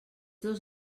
dos